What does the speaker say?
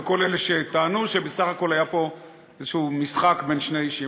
לכל אלה שטענו שבסך הכול היה פה איזשהו משחק בין שני האישים.